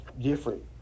different